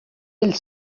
ell